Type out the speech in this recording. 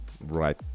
right